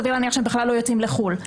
סביר להניח שהם בכלל לא יוצאים לחו"ל.